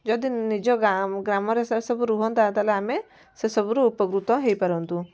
ଯଦି ନିଜ ଗାଁ ଗ୍ରାମରେ ସେସବୁ ରୁହନ୍ତା ତା'ହେଲେ ଆମେ ସେସବୁରୁ ଉପକୃତ ହେଇପାରନ୍ତୁ